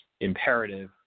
imperative